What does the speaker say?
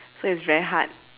so it's very hard